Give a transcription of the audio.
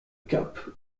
cap